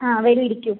ആ വരൂ ഇരിക്കൂ